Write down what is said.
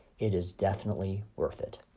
it is definitely worth it.